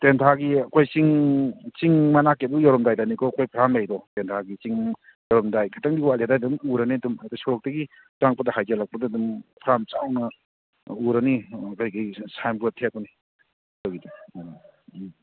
ꯇꯦꯟꯊꯥꯒꯤ ꯑꯩꯈꯣꯏ ꯆꯤꯡ ꯆꯤꯡ ꯃꯅꯥꯛꯀꯤ ꯑꯗꯨ ꯌꯧꯔꯝꯗꯥꯏꯗꯅꯤꯀꯣ ꯑꯩꯈꯣꯏ ꯐ꯭ꯔꯥꯝ ꯂꯩꯔꯤꯗꯣ ꯇꯦꯟꯊꯥꯒꯤ ꯆꯤꯡ ꯌꯧꯔꯝꯗꯥꯏ ꯈꯤꯇꯪꯗꯤ ꯋꯥꯠꯂꯤ ꯑꯗꯥꯏꯗ ꯑꯗꯨꯝ ꯎꯔꯅꯤ ꯑꯗꯨꯝ ꯍꯥꯏꯐꯦꯠ ꯁꯣꯔꯣꯛꯇꯒꯤ ꯆꯪꯉꯛꯄꯗ ꯍꯥꯏꯖꯤꯜꯂꯛꯄꯗ ꯑꯗꯨꯝ ꯐ꯭ꯔꯥꯝ ꯆꯥꯎꯅ ꯑꯥ ꯎꯔꯅꯤ ꯑꯥ ꯑꯗꯥꯏꯗꯒꯤ ꯁꯥꯏꯟ ꯕꯣꯠ ꯊꯦꯠꯄꯅꯤ ꯑꯩꯈꯣꯏꯒꯤꯗꯣ ꯎꯝ ꯎꯝ